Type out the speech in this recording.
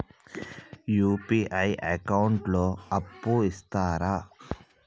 UPI account లో అప్పు ఇస్తరా?